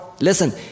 Listen